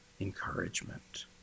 encouragement